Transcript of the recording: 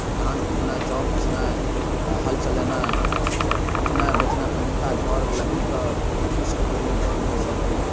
धान कुटनाइ चाउर पिसनाइ हल चलेनाइ उठना बैठना पहिलका घर लकड़ीके फूसके पहिले घर रहै सबके